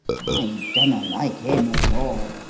i dunna like him at all.